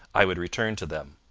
i would return to them